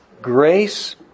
grace